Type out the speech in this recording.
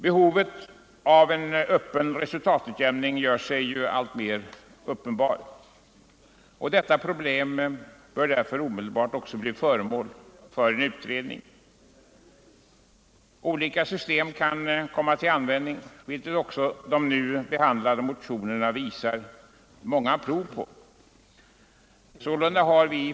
Behovet av en öppen resultatutjämning gör sig alltmer gällande, och detta problem bör därför omedelbart bli föremål för utredning. Olika system kan komma till användning, vilket också de nu behandlade motionerna visar.